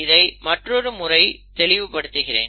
இதை மற்றொரு முறை தெளிவுபடுத்துகிறேன்